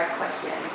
question